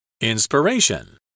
Inspiration